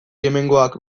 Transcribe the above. hemengoak